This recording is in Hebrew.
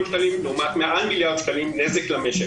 שקלים לעומת מעל מיליארד שקלים נזק למשק.